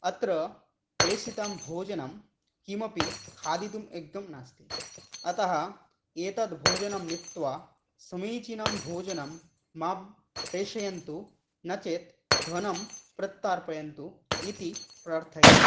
अत्र प्रेषितं भोजनं किमपि खादितुं युक्तं नास्ति अतः एतद् भोजनं नीत्वा समीचीनं भोजनं मां प्रेषयन्तु नो चेत् धनं प्रत्यर्पयन्तु इति प्रार्थये